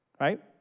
right